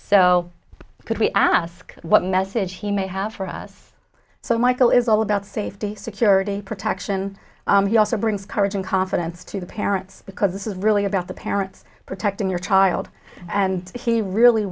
so could we ask what message he may have for us so michael is all about safety security protection he also brings courage and confidence to the parents because this is really about the parents protecting your child and he really